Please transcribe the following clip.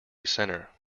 centre